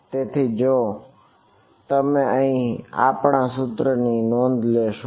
તેથી જો તમે અહીં આપણા સૂત્ર ની નોંધ લેશો